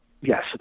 yes